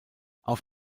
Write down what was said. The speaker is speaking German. auf